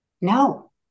No